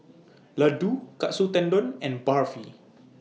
Ladoo Katsu Tendon and Barfi